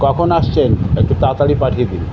কখন আসছেন একটু তাড়াতাড়ি পাঠিয়ে দিন